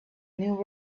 new